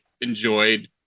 enjoyed